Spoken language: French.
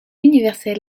universel